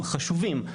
חשובים,